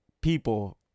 people